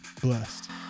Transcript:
blessed